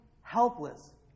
helpless